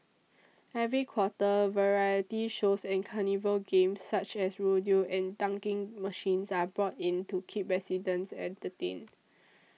every quarter variety shows and carnival games such as rodeo and dunking machines are brought in to keep residents entertained